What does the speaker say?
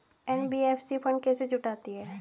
NBFC fund कैसे जुटाती है?